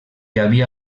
havia